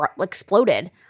exploded